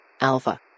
Alpha